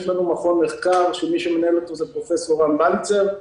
יש לנו מכון מחקר, שמנהל אותו פרופ' רן בליצר.